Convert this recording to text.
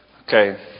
Okay